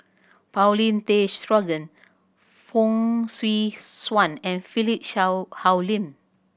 Paulin Tay Straughan Fong Swee Suan and Philip Hoalim